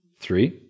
Three